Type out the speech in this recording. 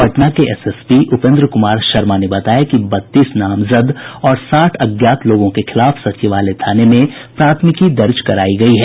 पटना के एसएसपी उपेंद्र कुमार शर्मा ने बताया कि बत्तीस नामजद और साठ अज्ञात लोगों के खिलाफ सचिवालय थाने में प्राथमिकी दर्ज करायी गयी है